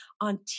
on